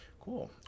Cool